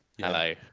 Hello